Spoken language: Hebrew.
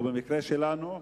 או במקרה שלנו,